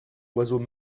oiseaux